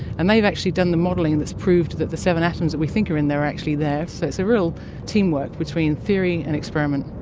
and they've actually done the modelling that's proved that the seven atoms that we think are in there are actually there. so it's a real teamwork between theory and experiment.